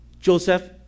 Joseph